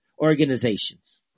organizations